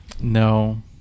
No